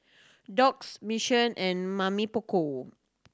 Doux Mission and Mamy Poko